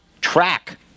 track